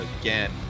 again